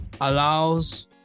Allows